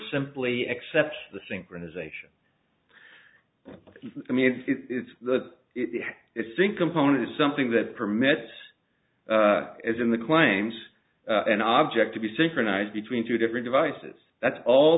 simply accept the synchronization i mean it's the it's sink component is something that permits as in the claims an object to be synchronized between two different devices that's all